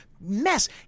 mess